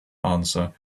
answer